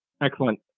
Excellent